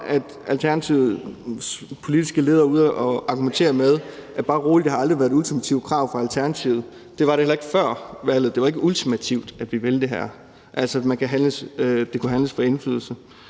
ultimativt krav, er ude at argumentere med: Bare rolig, det har aldrig været et ultimativt krav fra Alternativets side; det var det heller ikke før valget; det var ikke ultimativt, at vi ville det her; altså, det kunne handles for indflydelse;